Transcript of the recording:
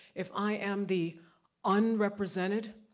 if i am the unrepresented,